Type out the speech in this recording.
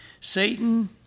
Satan